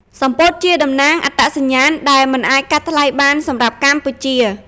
សំពត់ជាតំណាងអត្តសញ្ញាណដែលមិនអាចកាត់ថ្លៃបានសម្រាប់កម្ពុជា។